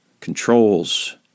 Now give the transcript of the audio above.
controls